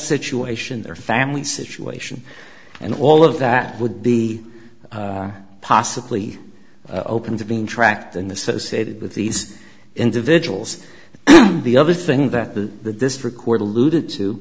situation their family situation and all of that would be possibly open to being tracked an associated with these individuals and the other thing that the the district court alluded to